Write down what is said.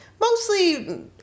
mostly